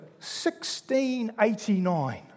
1689